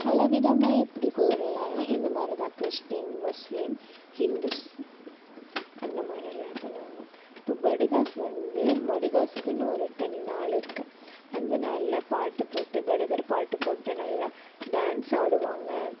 பலவிதமாக எப்படி கூறலாம் இந்த மாதிரி தான் கிறிஸ்டின் முஸ்லீம் இந்துஸ் அந்தமாதிரியெல்லாம் பண்ணுவாங்க இப்போ படுகாஷ் வந்து படுகாஷ்க்குனு ஒரு தனி நாள் இருக்குது அந்த நாளில் பாட்டு போட்டு படுகர் பாட்டு போட்டு நல்லா டான்ஸ் ஆடுவாங்க